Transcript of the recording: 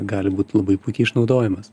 gali būt labai puikiai išnaudojamas